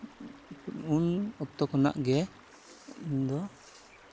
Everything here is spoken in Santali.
ᱩᱱ ᱚᱠᱛᱚ ᱠᱷᱚᱱᱟᱜ ᱜᱮ ᱤᱧᱫᱚ